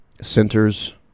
centers